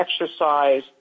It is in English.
exercise